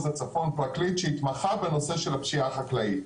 הצפון פרקליט שהתמחה בנושא של הפשיעה החקלאית.